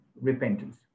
repentance